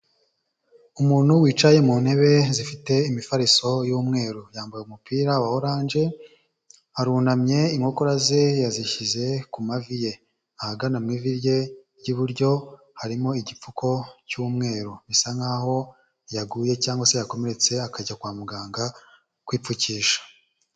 Umuntu wicaye mu ntebe zifite imifariso y'umweru yambaye umupira wa oranje arunamye inkokora ze yazishyize ku mavi ye, ahagana mu ivi rye ry'iburyo harimo igipfuko cy'umweru bisa nkaho yaguye cyangwa se yakomeretse akajya kwa muganga kwipfukisha.